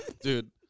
Dude